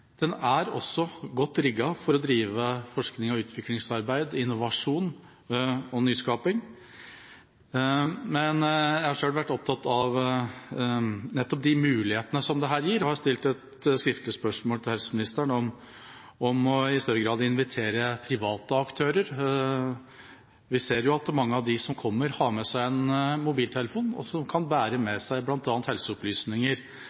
Den er også godt rigget for å drive forsknings- og utviklingsarbeid, innovasjon og nyskaping. Jeg har selv vært opptatt av nettopp de mulighetene som dette gir, og har stilt et skriftlig spørsmål til helseministeren om i større grad å invitere private aktører. Vi ser at mange av dem som kommer, har med seg en mobiltelefon, som bl.a. kan bære med seg helseopplysninger.